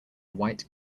white